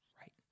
right